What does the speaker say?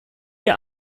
ihr